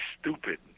Stupid